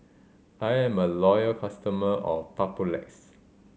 I am a loyal customer of Papulex